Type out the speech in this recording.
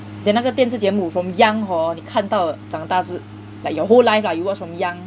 then 那个电视节目 from young hor 你看到长大至 like your whole life lah you watch from young